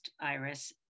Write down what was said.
Iris